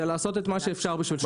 זה לעשות את מה שאפשר בתנאי שוק.